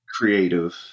creative